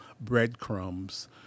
breadcrumbs